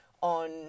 on